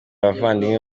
abavandimwe